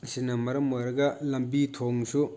ꯑꯁꯤꯅ ꯃꯔꯝ ꯑꯣꯏꯔꯒ ꯂꯝꯕꯤ ꯊꯣꯡꯁꯨ